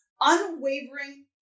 unwavering